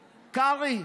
קרעי,